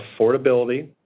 affordability